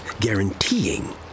guaranteeing